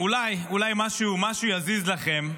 אולי משהו יזיז לכם,